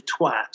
twat